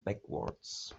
backwards